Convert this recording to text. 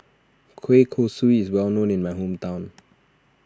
Kueh Kosui is well known in my hometown